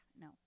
no